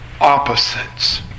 opposites